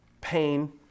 pain